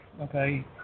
okay